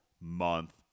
month